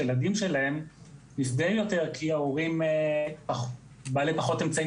שהילדים שלהן נפגעים יותר כי ההורים בעלי פחות אמצעים